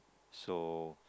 so